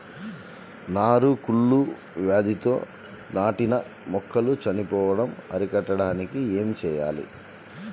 నారు కుళ్ళు వ్యాధితో నాటిన మొక్కలు చనిపోవడం అరికట్టడానికి ఏమి చేయాలి?